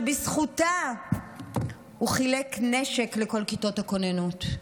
שבזכותה הוא חילק נשק לכל כיתות הכוננות.